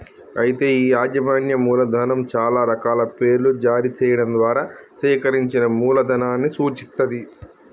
అయితే ఈ యాజమాన్యం మూలధనం చాలా రకాల పేర్లను జారీ చేయడం ద్వారా సేకరించిన మూలధనాన్ని సూచిత్తది